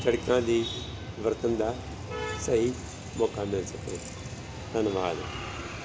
ਸੜਕਾਂ ਦੀ ਵਰਤਣ ਦਾ ਸਹੀ ਮੌਕਾ ਮਿਲ ਸਕੇ ਧੰਨਵਾਦ